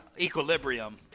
Equilibrium